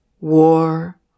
war